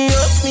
up